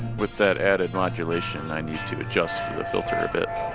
with that added modulation i need to adjust the filter a bit.